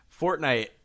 Fortnite